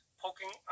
poking